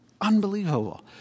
Unbelievable